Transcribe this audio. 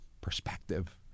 perspective